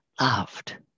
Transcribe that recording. loved